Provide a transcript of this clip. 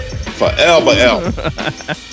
forever